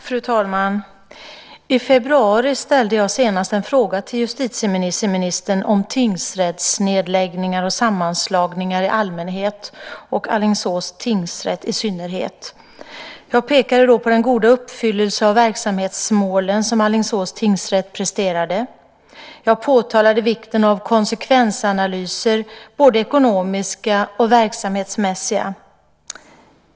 Fru talman! I februari ställde jag senast en fråga till justitieministern om tingsrättsnedläggningar och sammanslagningar i allmänhet och Alingsås tingsrätt i synnerhet. Jag pekade då på den goda uppfyllelse av verksamhetsmålen som Alingsås tingsrätt presterade. Jag påpekade vikten av konsekvensanalyser, både ekonomiska och verksamhetsmässiga.